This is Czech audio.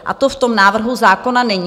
A to v tom návrhu zákona není.